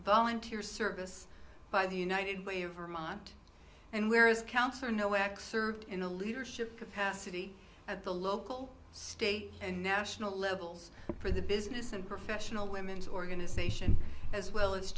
volunteer service by the united way of vermont and where is counselor know x server in the leadership capacity at the local state and national levels for the business and professional women's organization as well as